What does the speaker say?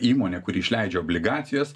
įmonė kuri išleidžia obligacijas